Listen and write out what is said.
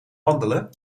wandelen